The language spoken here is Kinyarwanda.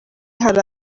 hari